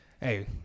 hey